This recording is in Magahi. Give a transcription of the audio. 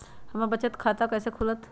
हमर बचत खाता कैसे खुलत?